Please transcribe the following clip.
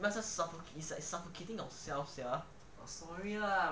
is like suffocating yourself sia